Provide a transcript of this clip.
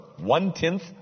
one-tenth